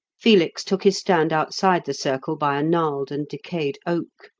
felix took his stand outside the circle by a gnarled and decayed oak.